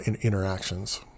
interactions